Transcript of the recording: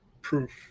proof